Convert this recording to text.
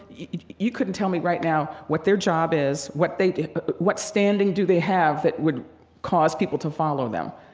you couldn't tell me right now what their job is, what they what standing do they have, that would cause people to follow them?